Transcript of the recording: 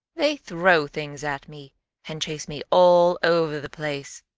they throw things at me and chase me all over the place.